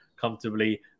comfortably